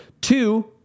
Two